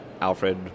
Alfred